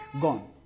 gone